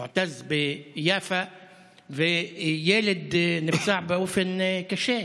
מועתז, ביפו, וילד נפצע באופן קשה.